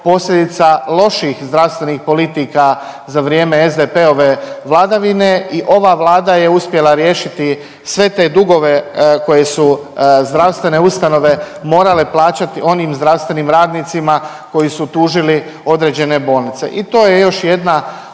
posljedica loših zdravstvenih politika za vrijeme SDP-ove vladavine i ova Vlada je uspjela riješiti sve te dugove koje su zdravstvene ustanove morale plaćati onim zdravstvenim radnicima koji su tužili određene bolnice. I to je još jedna